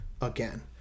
again